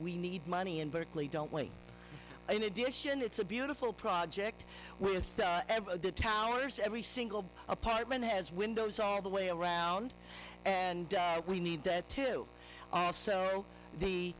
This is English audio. we need money in berkeley don't wait in addition it's a beautiful project with the towers every single apartment has windows all the way around and we need to also the